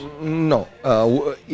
No